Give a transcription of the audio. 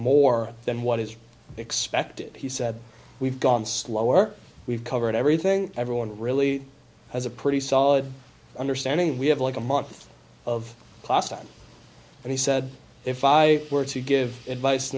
more than what is expected he said we've gone slower we've covered everything everyone really has a pretty solid understanding we have like a month of class time and he said if i were to give advice